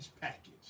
package